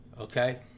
okay